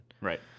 Right